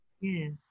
yes